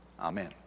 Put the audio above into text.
amen